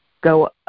go